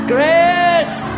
Grace